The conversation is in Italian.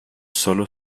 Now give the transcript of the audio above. solo